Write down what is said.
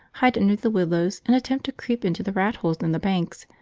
hide under the willows, and attempt to creep into the rat-holes in the banks,